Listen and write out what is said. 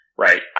Right